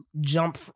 jump